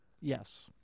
Yes